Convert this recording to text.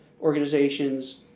organizations